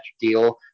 deal